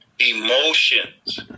Emotions